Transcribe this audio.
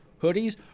hoodies